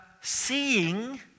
seeing